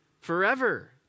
forever